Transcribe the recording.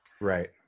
Right